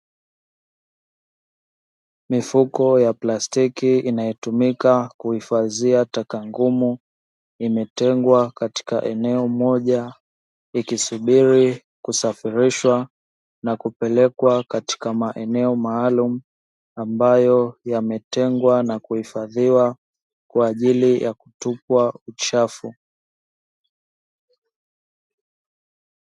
Mifuko ya plastiki inayotumika kuhifadhia taka ngumu imetengwa katika eneo moja, ikisubiri kusafirishwa na kupelekwa katika maeneo maalumu, ambayo yametengwa na kuhifadhiwa kwa ajili ya kutupwa uchafu.